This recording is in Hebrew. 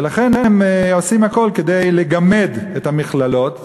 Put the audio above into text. לכן הם עושים הכול כדי לגמד את המכללות.